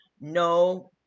No